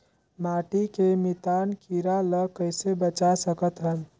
माटी के मितान कीरा ल कइसे बचाय सकत हन?